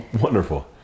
Wonderful